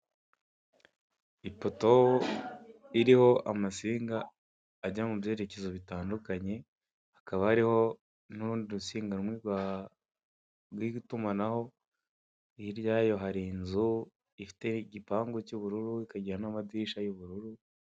Bacuruza ibikoresho bitandukanye ari byo birimo: amatelefone, mudasobwa, amasakoshi imyenda ndetse hakaba hariho n'ibiciro mu gihe utabasha gusobanukirwa, ariko bagashyiraho ibiciro ku buryo ubashaka gusobanukirwa bitewe nicyo ushaka.